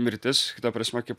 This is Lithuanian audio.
mirtis kai ta prasme kaip